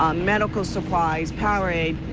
um medical supplies, power aide,